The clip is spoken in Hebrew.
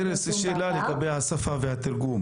איריס, שאלה לגבי השפה והתרגום